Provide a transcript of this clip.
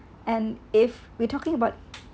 and if we talking about